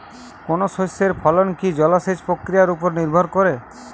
কোনো শস্যের ফলন কি জলসেচ প্রক্রিয়ার ওপর নির্ভর করে?